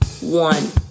one